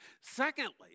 Secondly